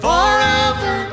Forever